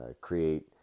create